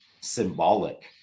symbolic